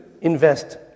invest